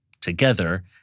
together